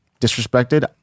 disrespected